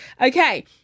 okay